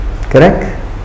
Correct